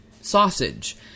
sausage